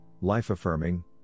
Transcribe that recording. life-affirming